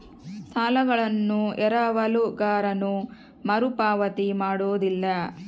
ಸಾಲಗಳನ್ನು ಎರವಲುಗಾರನು ಮರುಪಾವತಿ ಮಾಡೋದಿಲ್ಲ